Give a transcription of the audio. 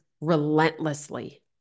relentlessly